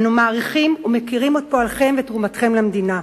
אנו מעריכים ומוקירים את פועלכם ותרומתכם למדינה.